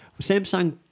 Samsung